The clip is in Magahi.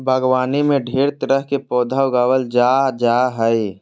बागवानी में ढेर तरह के पौधा उगावल जा जा हइ